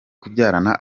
kubyarana